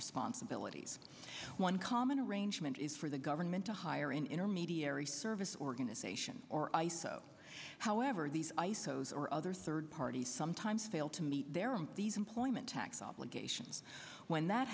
responsibilities one common arrangement is for the government to hire an intermediary service organization or iso however these isos or other third parties sometimes fail to meet their own these employment tax obligations when that